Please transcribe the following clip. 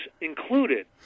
included